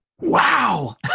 wow